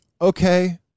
okay